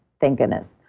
thank goodness.